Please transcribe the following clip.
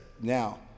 Now –